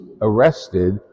arrested